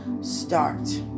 start